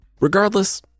Regardless